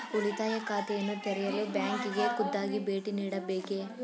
ಉಳಿತಾಯ ಖಾತೆಯನ್ನು ತೆರೆಯಲು ಬ್ಯಾಂಕಿಗೆ ಖುದ್ದಾಗಿ ಭೇಟಿ ನೀಡಬೇಕೇ?